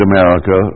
America